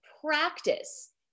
practice